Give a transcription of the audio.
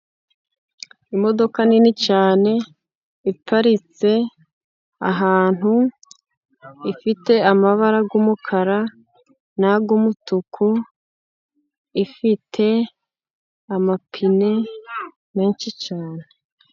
Imodoka nini cyane, iparitse ahantu ifite amabara y'umukara, n'ay'umutuku, ifite amapine menshi cyane.